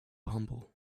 humble